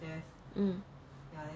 hmm